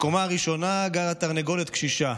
בקומה הראשונה גרה תרנגולת קשישה,